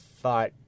thought